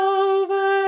over